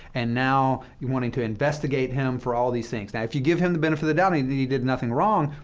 and now you're wanting to investigate him for all these things. now, if you give him the benefit of the doubt, and that he did nothing wrong,